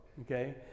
okay